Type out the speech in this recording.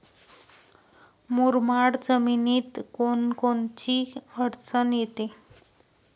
मुरमाड जमीनीत कोनकोनची अडचन येते?